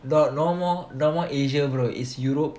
but normal normal asia bro it's europe